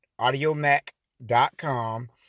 audiomac.com